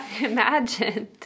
imagined